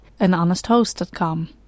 anhonesthost.com